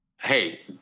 Hey